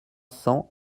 cents